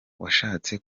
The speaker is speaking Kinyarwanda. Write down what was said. washatse